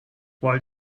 while